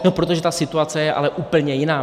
No protože ta situace je ale úplně jiná.